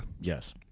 Yes